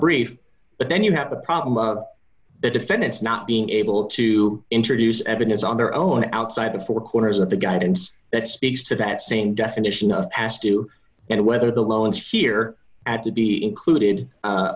brief but then you have the problem of the defendants not being able to introduce evidence on their own outside the four corners of the guidance that speaks to that same definition of past due and whether the loans here add to be included